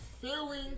feeling